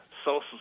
Social